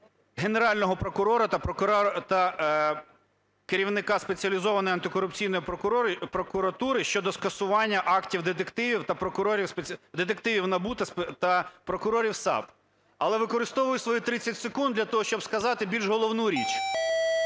Генерального прокурора та керівника Спеціалізованої антикорупційної прокуратури щодо скасування актів детективів та прокурорів… детективів НАБУ та прокурорів САП. Але використовую свої 30 секунд для того, щоб сказати більш головну річ.